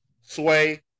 Sway